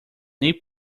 neat